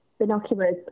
Binoculars